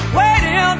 waiting